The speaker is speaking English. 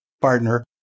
partner